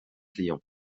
client